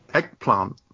Eggplant